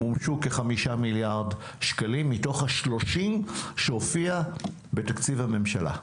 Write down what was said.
מומשו כחמישה מיליארד שקלים מתוך ה-30 שהופיע בתקציב הממשלה.